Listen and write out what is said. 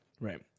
Right